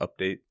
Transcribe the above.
update